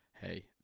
Hey